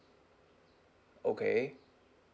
okay